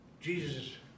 Jesus